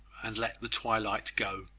and let the twilight go.